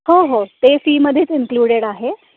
हो हो ते फीमध्येच इन्क्लुडेड आहे